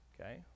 Okay